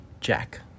Jack